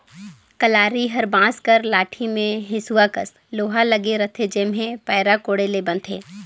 कलारी हर बांस कर लाठी मे हेसुवा कस लोहा लगे रहथे जेम्हे पैरा कोड़े ले बनथे